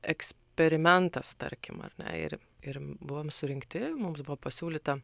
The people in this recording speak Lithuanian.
eksperimentas tarkim ar ne ir ir buvom surinkti mums buvo pasiūlyta